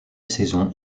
saison